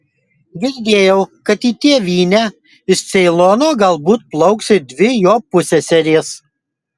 girdėjau kad į tėvynę iš ceilono galbūt plauks ir dvi jo pusseserės